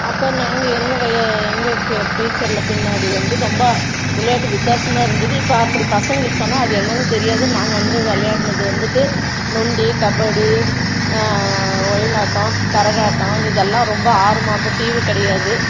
அப்போ நாங்கள் எங்கள் வய எங்கள் ப்யூச்சரில் பின்னாடி வந்து ரொம்ப விளையாட்டு வித்தியாசமாக இருந்தது இப்போ அப்படி பசங்களுக்கு சொன்னால் அது என்னானு தெரியாது நாங்கள் வந்து விளையாட்னது வந்து நொண்டி கபடி ஒயிலாட்டம் கரகாட்டம் இதெல்லாம் ரொம்ப ஆர்வமாக அப்போ டிவி கிடையாது